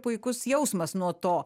puikus jausmas nuo to